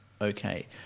okay